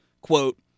quote